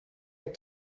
but